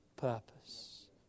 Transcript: purpose